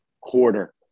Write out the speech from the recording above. quarter